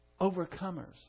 overcomers